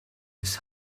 his